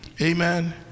amen